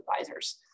advisors